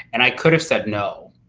and i could have said no.